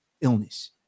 illness